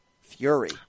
Fury